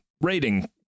rating